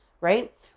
Right